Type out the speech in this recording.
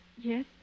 Yes